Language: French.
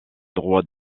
droit